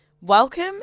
Welcome